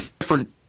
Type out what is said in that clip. different